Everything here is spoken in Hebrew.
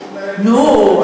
נו,